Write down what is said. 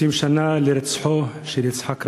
20 שנה להירצחו של יצחק רבין.